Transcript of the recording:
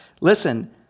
listen